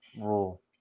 rule